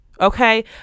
okay